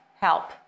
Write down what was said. help